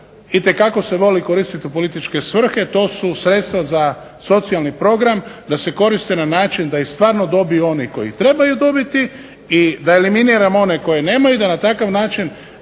itekako se voli koristit u političke svrhe to su sredstva za socijalni program da se koriste na način da ih stvarno dobiju oni koji trebaju dobiti i da eliminiramo one koji nemaju i da na takav način